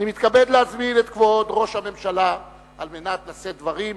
אני מתכבד להזמין את כבוד ראש הממשלה על מנת לשאת דברים